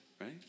right